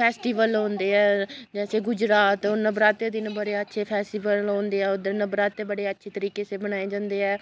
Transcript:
festival होंदे ऐ जैसे गुजरात नवरात्रे दे दिनैं बड़े अच्छे फैसटिवल होंदे ऐ उद्धर नवरात्रे बड़े अच्छे तरीके से बनाए जंदे ऐ